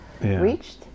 reached